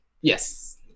Yes